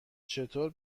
چطور